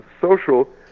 social